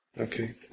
Okay